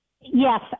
Yes